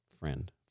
friend